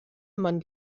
man